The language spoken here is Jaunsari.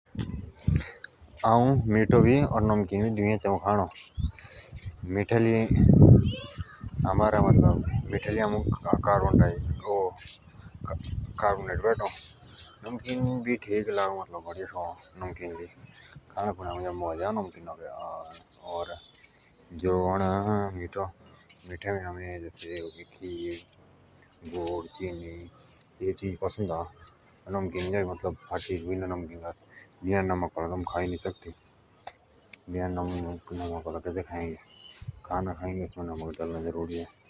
हाउ मिठो भी ओर नमकीन भी दुइए चाऊ खाणो मिठे लेइ आमुक कार्बन डाई बेटों और नमकीन भी टिक लागो मतलब बड़ियां से अ खाणो मुझ मोजे आअ नमकीना के ओर मिठे मुझ आमे एजों खोउ जसो खीर गुड़ चीने। एजे चीज पसंद आअ ओर नमक का भी एजो अ कि बिना नमक को त खाए ही ना सकि बिना नमक वाडो कहो खान्दे खाण के साथ भी नमक लाग।